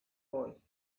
boy